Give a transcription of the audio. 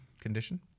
condition